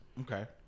Okay